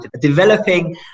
developing